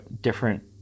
different